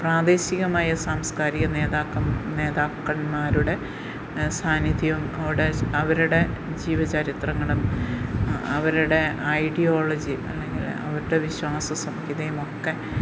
പ്രാദേശികമായ സാംസ്ക്കാരിക നേതാക്കൻ നേതാക്കന്മാരുടെ സാന്നിധ്യം അവിടെ അവരുടെ ജീവചരിത്രങ്ങളും അവരുടെ ഐഡിയോളജി അല്ലെങ്കിൽ അവരുടെ വിശ്വാസ സംഹിതയുമൊക്കെ